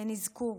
אין אזכור.